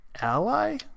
Ally